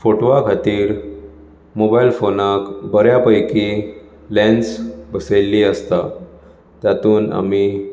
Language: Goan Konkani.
फोटवा खातीर मोबायल फोनाक बऱ्या पैकी लेन्स बसयल्ली आसता तातून आमी